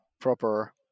proper